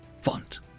font